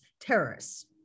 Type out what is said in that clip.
terrorists